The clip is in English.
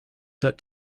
set